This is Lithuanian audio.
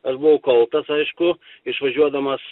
aš buvau kaltas aišku išvažiuodamas